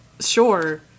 Sure